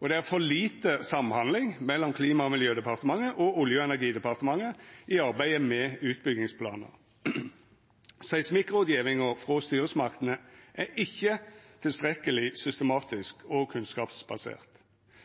Det er for lite samhandling mellom Klima- og miljødepartementet og Olje- og energidepartementet i arbeidet med utbyggingsplanar. Seismikkrådgjevinga frå styresmaktene er ikkje tilstrekkeleg systematisk og kunnskapsbasert.